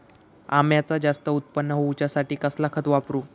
अम्याचा जास्त उत्पन्न होवचासाठी कसला खत वापरू?